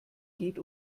geht